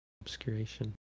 obscuration